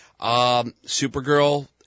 Supergirl